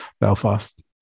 Belfast